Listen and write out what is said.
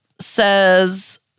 says